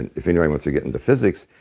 and if anybody wants to get into physics,